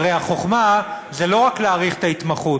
הרי החוכמה זה לא רק להאריך את ההתמחות.